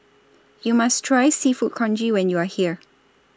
YOU must Try Seafood Congee when YOU Are here